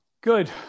Good